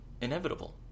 inevitable